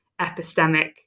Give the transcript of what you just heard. epistemic